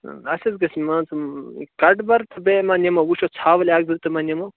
اَسہِ حظ گژھِ مان ژٕ کَٹہٕ بَر تہٕ بیٚیہِ ما نِمو وُِچھو ژھاوٕلۍ اَکھ زٕ تہِ ما نِمو